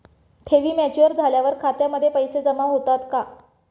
ठेवी मॅच्युअर झाल्यावर खात्यामध्ये पैसे जमा होतात का?